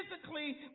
physically